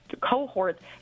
cohorts